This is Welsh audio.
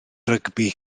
rygbi